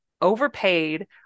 overpaid